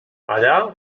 allà